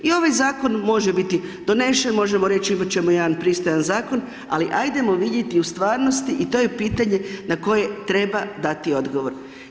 I ovaj zakon može biti donesen, možemo reći imati ćemo jedan pristojan zakon ali ajdemo vidjeti u stvarnosti i to je pitanje na koje treba dati odgovor.